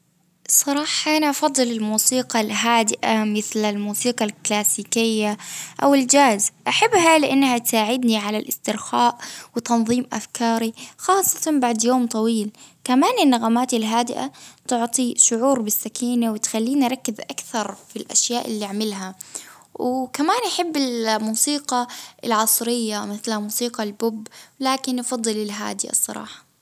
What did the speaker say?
الصراحة أنا افضل الموسيقى الهادئة مثل الموسيقى الكلاسيكية أو الجاز، أحبها لإنها تساعدني على الإسترخاء وتنظيم أفكاري خاصة بعد يوم طويل، كمان النغمات الهادئة تعطي شعور بالسكينة وتخليني أركز أكثر في الأشياء اللي عملها، وكمان أحب ال-الموسيقى العصرية مثلا موسيقى البوب، لكن أفضل الهادئة الصراحة.